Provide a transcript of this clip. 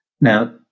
Now